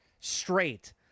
straight